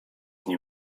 nie